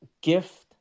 gift